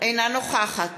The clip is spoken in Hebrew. אינה נוכחת